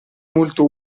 molto